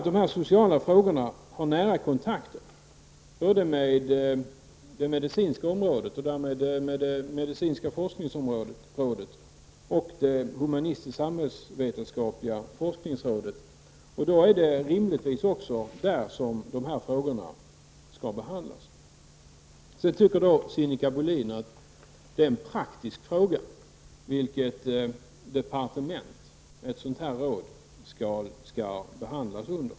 De här sociala frågorna har nära kontakt med det medicinska området, och därmed det medicinska forskningsrådet, och det humanistisksamhällsvetenskapliga forskningsrådet. Då är det rimligtvis också där som dessa frågor skall behandlas. Sedan tycker Sinikka Bohlin att det är en praktisk fråga under vilket departement ett sådant här råd skall höra.